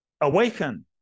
awaken